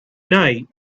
night